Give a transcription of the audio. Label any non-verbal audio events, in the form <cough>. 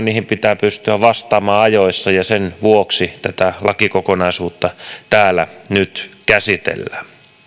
<unintelligible> niihin pitää pystyä vastaamaan ajoissa sen vuoksi tätä lakikokonaisuutta täällä nyt käsitellään